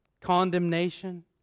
condemnation